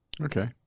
Okay